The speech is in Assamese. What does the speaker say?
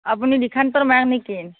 আপুনি দিশান্তৰ মা নেকি